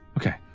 Okay